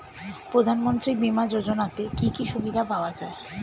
প্রধানমন্ত্রী বিমা যোজনাতে কি কি সুবিধা পাওয়া যায়?